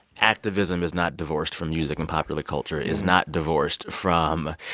activism is not divorced from music, and popular culture is not divorced from,